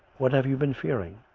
what have you been fearing?